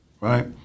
right